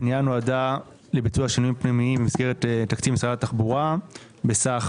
הפנייה נועדה לביצוע שינויים פנימיים במסגרת תקציב משרד התחבורה בסך